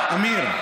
אמיר,